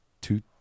two